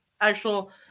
actual